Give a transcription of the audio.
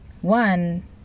one